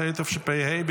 התשפ"ה 2024,